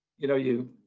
you know, you